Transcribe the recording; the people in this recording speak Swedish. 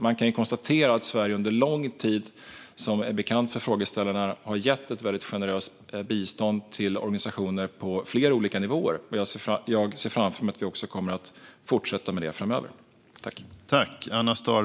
Man kan konstatera att Sverige under lång tid, vilket är bekant för frågeställarna, har gett ett väldigt generöst bistånd till organisationer på flera olika nivåer. Jag ser framför mig att vi kommer att fortsätta med det framöver.